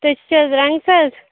تُہۍ چھِو حظ رَنٛگ ساز